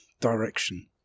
direction